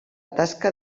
tasca